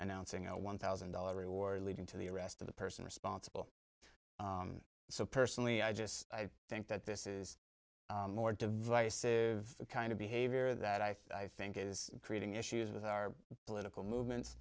announcing a one thousand dollars reward leading to the arrest of the person responsible so personally i just think that this is more divisive kind of behavior that i think is creating issues with our political movements